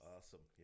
Awesome